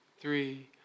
three